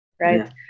right